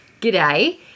G'day